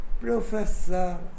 Professor